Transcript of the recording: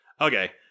okay